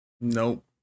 Nope